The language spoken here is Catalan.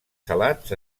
salats